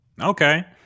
Okay